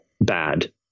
bad